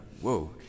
Whoa